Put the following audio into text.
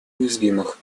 уязвимых